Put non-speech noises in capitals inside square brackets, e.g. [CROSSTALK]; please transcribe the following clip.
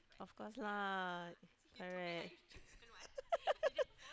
of course lah correct [LAUGHS]